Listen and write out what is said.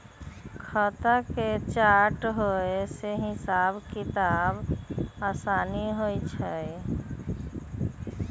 खता के चार्ट होय से हिसाब किताब में असानी होइ छइ